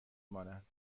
مانند